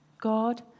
God